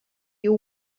you